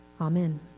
Amen